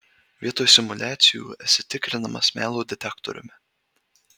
vietoj simuliacijų esi tikrinamas melo detektoriumi